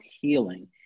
healing